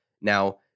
Now